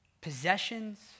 possessions